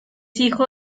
hijo